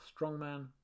strongman